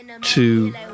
Two